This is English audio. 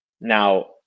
Now